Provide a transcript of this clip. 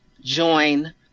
join